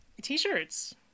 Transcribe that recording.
t-shirts